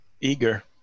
eager